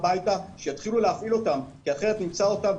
הביתה כדי שיתחילו להפעיל אותם כי אחרת נמצא אותם,